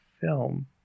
film